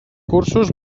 cursos